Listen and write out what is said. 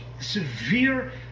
severe